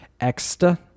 Extra